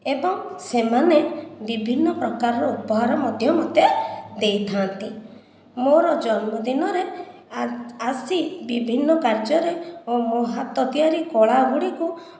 ଏବଂ ସେମାନେ ବିଭିନ୍ନ ପ୍ରକାର ର ଉପହାର ମଧ୍ୟ ମୋତେ ଦେଇଥାନ୍ତି ମୋର ଜନ୍ମଦିନ ରେ ଆସି ବିଭିନ୍ନ କାର୍ଯ୍ୟ ରେ ମୋ ହାତ ତିଆରି କଳା ଗୁଡ଼ିକୁ